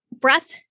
breath